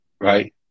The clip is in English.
Right